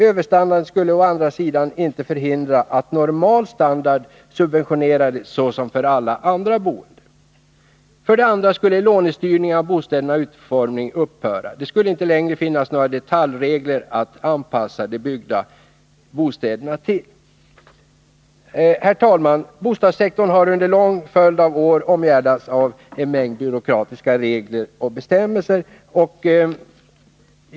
Överstandarden skulle å andra sidan inte förhindra att normal standard subventionerades så som för alla andra boende. För det andra skulle lånestyrningen av bostädernas utformning upphöra. Det skulle inte längre finnas några detaljregler att anpassa de byggda bostäderna till. Herr talman! Bostadssektorn har under en lång följd av år omgärdats med mängder av byråkratiska regler och bestämmelser.